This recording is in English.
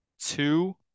two